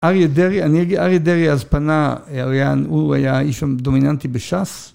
אריה דרעי, אני אגיד, אריה דרעי אז פנה, הוא היה האיש הדומיננטי בשס.